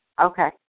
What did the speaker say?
Okay